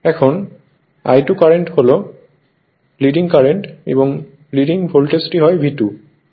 এখন I2 current হলো leading current এবং লিডিং ভোল্টেজটি হয় V2